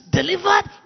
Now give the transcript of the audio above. delivered